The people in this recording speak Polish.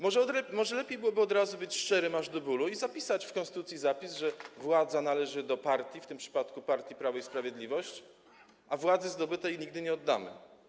Może byłoby lepiej od razu być szczerym aż do bólu i zapisać w konstytucji, że władza należy do partii, w tym przypadku partii Prawo i Sprawiedliwość, a władzy zdobytej nigdy nie oddamy.